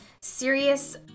serious